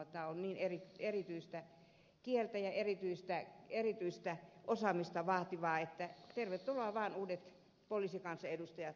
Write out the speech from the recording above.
tämä on niin erityistä kieltä ja erityistä osaamista vaativaa että tervetuloa vaan uudet poliisikansanedustajat ensi kaudelle